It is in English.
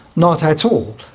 not at all.